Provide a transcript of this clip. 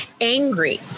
angry